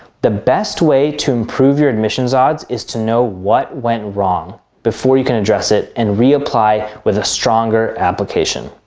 the best way to improve your admissions odds is to know what went wrong before you can address it and reapply with a stronger application.